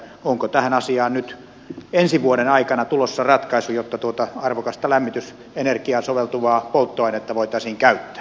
onko tähän asiaan nyt ensi vuoden aikana tulossa ratkaisu jotta tuota arvokasta lämmitysenergiaan soveltuvaa polttoainetta voitaisiin käyttää